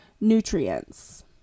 nutrients